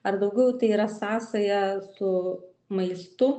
ar daugiau tai yra sąsaja su maistu